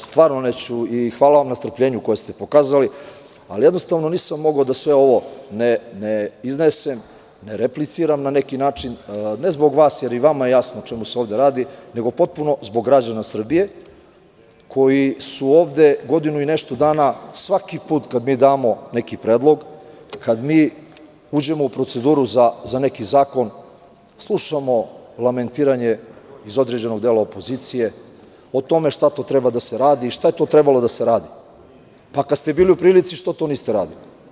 Stvarno neću više i hvala vam na strpljenju koje ste pokazali, ali nisam mogao da sve ovo ne iznesem i nerepliciram na neki način, ne zbog vas jer je vama jasno o čemu se ovde radi nego zbog građana Srbije koji su ovde godinu i nešto dana svaki put kada damo neki predlog, kada uđemo u proceduru za neki zakon slušamo lamentiranje određenog dela opozicije o tome šta to treba da se radi i šta je tu trebalo da se radi, pa kada ste bili u prilici, što to niste radili?